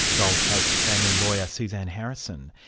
gold coast family lawyer suzanne harrison.